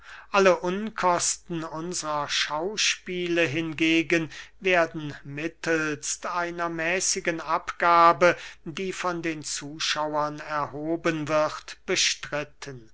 alle unkosten unsrer schauspiele hingegen werden mittelst einer mäßigen abgabe die von den zuschauern erhoben wird bestritten